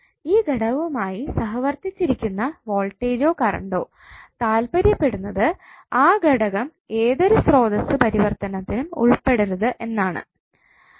ഈ ഘടകവുമായി സഹവർത്തിച്ചിരിക്കുന്ന വോൾടേജ്ജോ കറണ്ടൊ താൽപര്യപ്പെടുന്നത് ആ ഘടകം ഏതൊരു സ്രോതസ്സു പരിവർത്തനത്തിനും ഉൾപ്പെടരുത് എന്നാണു